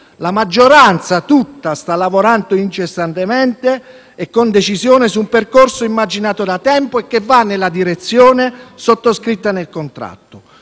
La maggioranza tutta sta lavorando incessantemente e con decisione su un percorso immaginato da tempo che va nella direzione sottoscritta nel contratto.